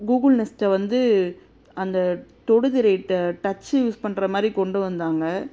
Google நெஸ்ட்டை வந்து அந்த தொடு திரையிட்ட டச்சு யூஸ் பண்ணுற மாதிரி கொண்டு வந்தாங்க